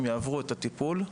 הם יעברו את הטיפול,